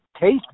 taste